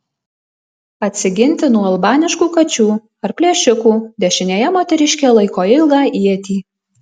atsiginti nuo albaniškų kačių ar plėšikų dešinėje moteriškė laiko ilgą ietį